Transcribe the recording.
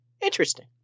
Interesting